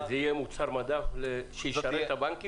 זה יהיה מוצר מדף שישרת את הבנקים?